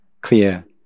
clear